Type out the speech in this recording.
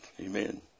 Amen